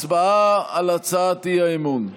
הצבעה על הצעת האי-אמון.